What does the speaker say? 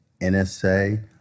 NSA